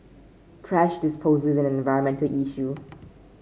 thrash disposal environmental issue